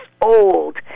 old